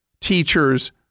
teachers